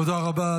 תודה רבה.